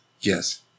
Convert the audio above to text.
Yes